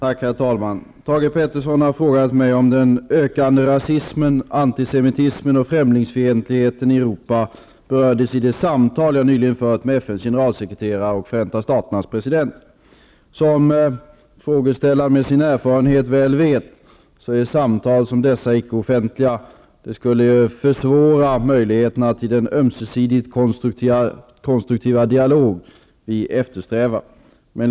Herr talman! Thage G. Peterson har frågat mig om den ökande rasismen, antisemitismen och främlingsfientligheten i Europa berördes i de samtal jag nyligen förde med FN:s generalsekreterare och USA:s president. Som frågeställaren med sin erfarenhet väl vet är samtal som dessa icke of fentliga. Det skulle försvåra möjligheten till den ömsesidigt konstruktiva dialog vi eftersträvar.